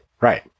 Right